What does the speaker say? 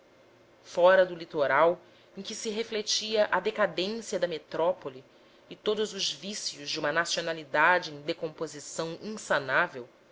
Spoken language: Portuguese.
fora do litoral em que se refletia a decadência da metrópole e todos os vícios de uma nacionalidade em decomposição insanável